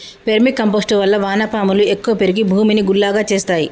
vermi compost వల్ల వాన పాములు ఎక్కువ పెరిగి భూమిని గుల్లగా చేస్తాయి